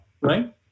right